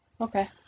Okay